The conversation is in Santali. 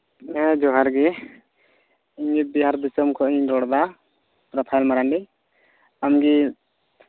ᱦᱮᱸ ᱡᱚᱸᱦᱟᱨ ᱜᱮ ᱤᱧᱜᱮ ᱵᱤᱦᱟᱨ ᱫᱤᱥᱚᱢ ᱠᱷᱚᱱᱤᱧ ᱨᱚᱲᱫᱟ ᱨᱟᱯᱷᱟᱭᱮᱞ ᱢᱟᱨᱟᱱᱰᱤ ᱟᱢᱜᱮ